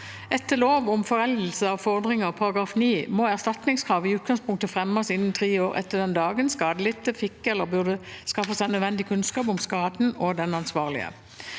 Etter lov om foreldelse av fordringer § 9 må erstatningskrav i utgangspunktet fremmes innen tre år etter den dagen skadelidte fikk eller burde skaffet seg nødvendig kunnskap om skaden og den ansvarlige.